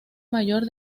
mayor